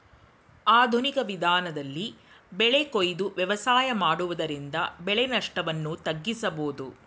ಆಧುನಿಕ ವಿಧಾನದಲ್ಲಿ ಬೆಳೆ ಕೊಯ್ದು ವ್ಯವಸಾಯ ಮಾಡುವುದರಿಂದ ಬೆಳೆ ನಷ್ಟವನ್ನು ತಗ್ಗಿಸಬೋದು